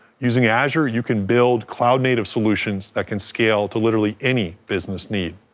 using azure, you can build cloud native solutions that can scale to literally any business need.